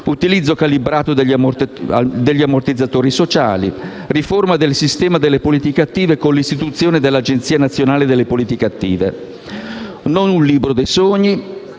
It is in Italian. l'utilizzo calibrato degli ammortizzatori sociali e la riforma del sistema delle politiche attive, con l'istituzione dell'Agenzia nazionale per le politiche attive del lavoro: non un libro dei sogni,